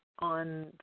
on